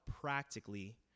practically